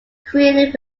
created